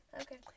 Okay